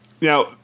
Now